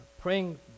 praying